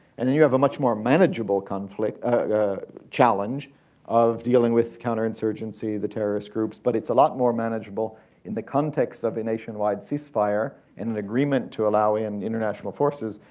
and then you have a much more manageable conflictchallenge of dealing with counterinsurgency, the terrorist groups. but its a lot more manageable in the context of a nationwide ceasefire, and an agreement to allow in international forces,